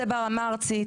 וזה ברמה הארצית,